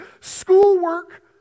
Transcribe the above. schoolwork